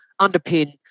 underpin